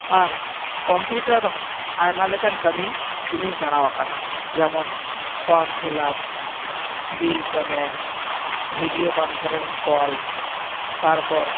ᱟᱨ computer ᱨᱮᱦᱚᱸ ᱟᱭᱢᱟ ᱞᱮᱠᱟᱱ ᱠᱟᱹᱢᱤ ᱤᱧᱤᱧ ᱥᱮᱬᱟ ᱟᱠᱟᱫᱟ ᱡᱮᱢᱚᱱ form fill up bill payment video conference call ᱛᱟᱨ ᱯᱚᱨ